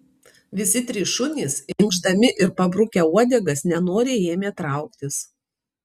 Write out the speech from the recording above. visi trys šunys inkšdami ir pabrukę uodegas nenoriai ėmė trauktis